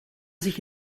sich